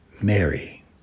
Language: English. Mary